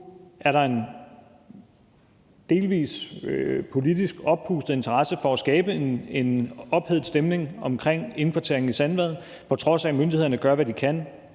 Nu er der en delvis politisk oppustet interesse for at skabe en ophedet stemning om indkvarteringen i Sandvad, på trods af at myndighederne gør, hvad de kan,